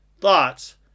thoughts